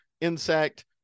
insect